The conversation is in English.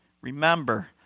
Remember